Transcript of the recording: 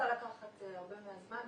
אני לא רוצה לקחת הרבה מהזמן,